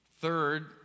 Third